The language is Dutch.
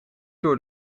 door